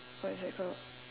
what's that called